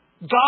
God